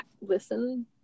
listen